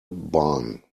barn